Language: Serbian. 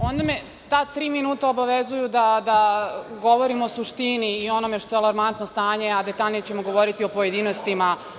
Onda me ta tri minuta obavezuju da govorim o suštini i onome što je alarmantno stanje, a detaljnije ćemo govoriti u pojedinostima.